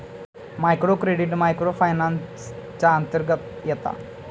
micro credit micro finance च्या अंतर्गत येता